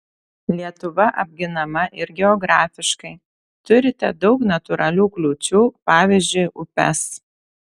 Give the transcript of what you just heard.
lietuva apginama ir geografiškai turite daug natūralių kliūčių pavyzdžiui upes